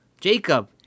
Jacob